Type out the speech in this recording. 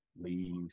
leave